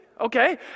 Okay